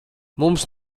mums